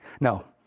No